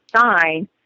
sign